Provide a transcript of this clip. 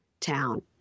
town